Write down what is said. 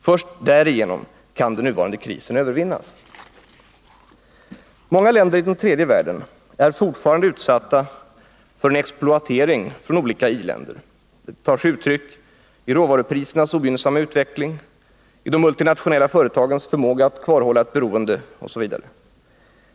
Först därigenom kan den nuvarande krisen övervinnas. Många länder i den tredje världen är fortfarande utsatta för exploatering från olika i-länder. Det tar sig uttryck i råvaruprisernas ogynnsamma utveckling, i de multinationella företagens förmåga att kvarhålla ett beroende, osv.